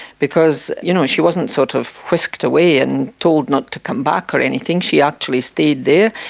because you know she wasn't sort of whisked away and told not to come back or anything, she actually stayed there,